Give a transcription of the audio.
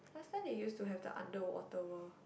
last time they used to have the Underwater World